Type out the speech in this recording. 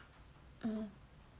mm